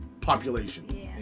population